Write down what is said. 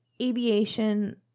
Aviation